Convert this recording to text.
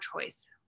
choice